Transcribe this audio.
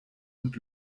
und